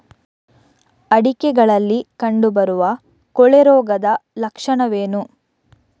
ಅಡಿಕೆಗಳಲ್ಲಿ ಕಂಡುಬರುವ ಕೊಳೆ ರೋಗದ ಲಕ್ಷಣವೇನು?